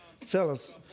Fellas